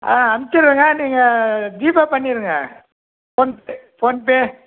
ஆ அனுப்ச்சிடுறேங்க நீங்கள் ஜிபே பண்ணிடுங்க ஃபோன்பே ஃபோன்பே